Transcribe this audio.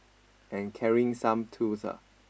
and carrying some tools ah